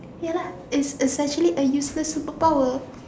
ya lah it's essentially a useless superpower